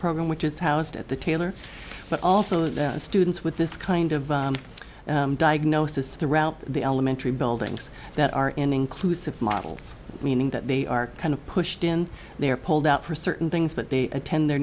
program which is housed at the taylor but also the students with this kind of diagnosis throughout the elementary buildings that are in inclusive models meaning that they are kind of pushed in they are pulled out for certain things but they attend their